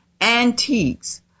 antiques